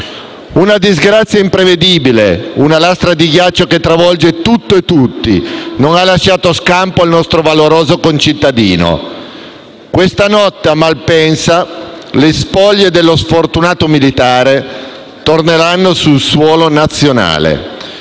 Una disgrazia imprevedibile: una lastra di ghiaccio che travolge tutto e tutti non ha lasciato scampo al nostro valoroso concittadino. Questa notte, a Malpensa, le spoglie dello sfortunato militare torneranno sul suolo nazionale,